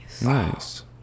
Nice